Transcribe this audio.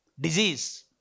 disease